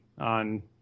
on